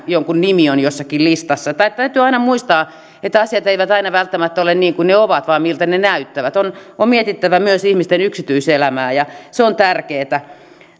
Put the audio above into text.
nimi on jossakin listassa täytyy aina muistaa että asiat eivät aina välttämättä ole niin kuin ne ovat vaan ne ovat sitä miltä ne näyttävät on on mietittävä myös ihmisten yksityiselämää ja se on tärkeätä